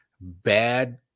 bad